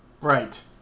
Right